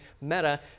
Meta